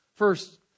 First